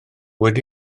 wedi